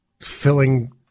filling